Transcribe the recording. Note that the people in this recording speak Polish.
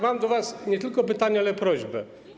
Mam do was nie tylko pytanie, ale prośbę.